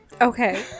Okay